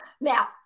Now